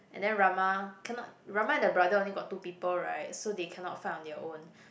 and then Rahma cannot Rahma and the brother only got two people right so they cannot fight on their own